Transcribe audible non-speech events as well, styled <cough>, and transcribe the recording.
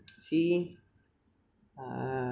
<noise> see ah